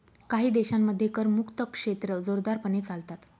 काही देशांमध्ये करमुक्त क्षेत्रे जोरदारपणे चालतात